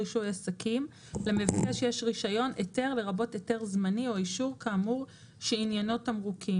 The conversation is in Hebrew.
ייבוא, ייצוא והפצה של תמרוק"